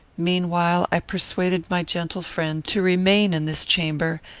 meanwhile i persuaded my gentle friend to remain in this chamber,